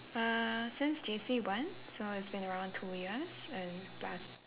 uh since J_C one so it's been around two years and plus